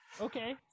Okay